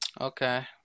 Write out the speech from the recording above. Okay